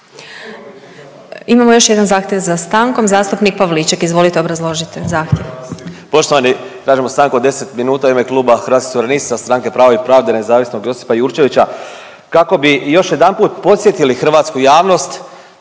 Imamo još jedan zahtjev za stankom zastupnik Pavliček, izvolite obrazložite zahtjev. **Pavliček, Marijan (Hrvatski suverenisti)** Poštovani, tražimo stanku od 10 minuta u ime kluba Hrvatskih suverenista, Stranke pravo i pravda, nezavisnog Josipa Jurčevića kako bi još jedanput podsjetili hrvatsku javnost